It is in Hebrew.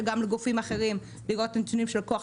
גם לכופים אחרים לראות נתונים של הלקוח,